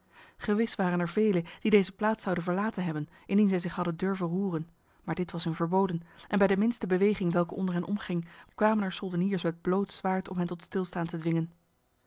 gewis waren er velen die deze plaats zouden verlaten hebben indien zij zich hadden durven roeren maar dit was hun verboden en bij de minste beweging welke onder hen omging kwamen er soldeniers met bloot zwaard om hen tot stilstaan te dwingen